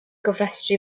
gofrestru